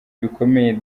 bikomeye